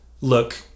look